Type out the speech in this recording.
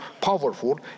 powerful